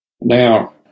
Now